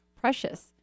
precious